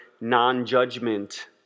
non-judgment